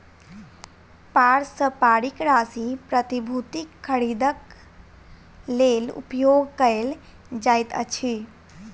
पारस्परिक राशि प्रतिभूतिक खरीदक लेल उपयोग कयल जाइत अछि